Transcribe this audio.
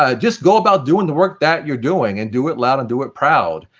ah just go about doing the work that you're doing, and do it loud and do it proud.